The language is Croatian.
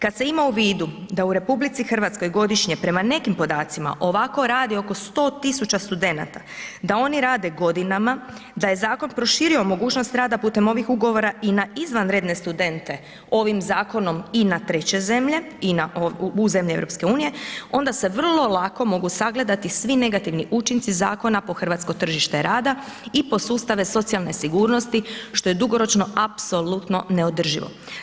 Kad se ima u vidu da u RH godišnje prema nekim podacima ovako radi oko 100 000 studenata, da oni rade godinama, da je zakon proširio mogućnost rada putem ovih ugovora i na izvanredne studente, ovim zakonom i na treće zemlje i na, u zemlje EU onda se vrlo lako mogu sagledati svi negativni učinci zakona po hrvatsko tržište rada i po sustave socijalne sigurnosti što je dugoročno apsolutno neodrživo.